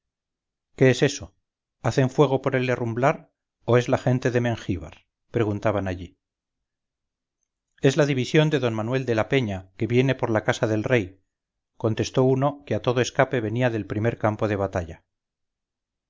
qué es eso hacen fuego por el herrumblar o es la gente de mengíbar preguntaban allí es la división de d manuel de la peña que viene por la casa del rey contestó uno que a todo escape venía del primer campo de batalla